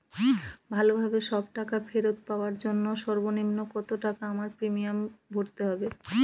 ভালোভাবে সব টাকা ফেরত পাওয়ার জন্য সর্বনিম্ন কতটাকা আমায় প্রিমিয়াম ভরতে হবে?